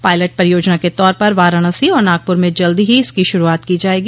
pilot परियोजना के तौर पर वाराणसी और नागपुर में जल्दी ही इसकी शुरूआत की जायेगी